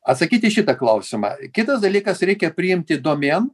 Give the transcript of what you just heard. atsakyt į šitą klausimą kitas dalykas reikia priimti domėn